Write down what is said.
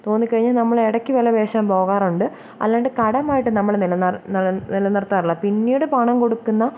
തോന്നിക്കഴിഞ്ഞാ നമ്മൾ ഇടയ്ക്ക് വില പേശാൻ പോകാറുണ്ട് അല്ലാണ്ട് കടമായിട്ട് നമ്മൾ നില നിർത്താറില്ല പിന്നീട് പണം കൊടുക്കുന്നത്